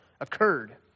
occurred